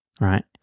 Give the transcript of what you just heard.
right